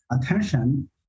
attention